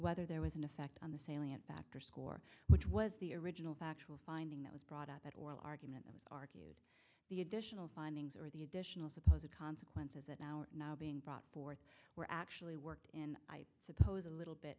whether there was an effect on the salient factor score which was the original factual finding that was brought up at oral argument it was the additional findings or the additional supposed consequences that now are now being brought forth were actually worked and i suppose a little bit